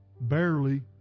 Barely